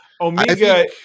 Omega